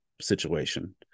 situation